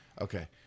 Okay